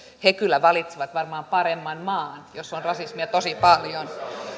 he kyllä valitsevat varmaan paremman maan jos on rasismia tosi paljon